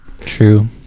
true